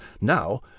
now